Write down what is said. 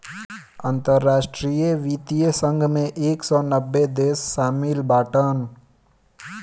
अंतरराष्ट्रीय वित्तीय संघ मे एक सौ नब्बे देस शामिल बाटन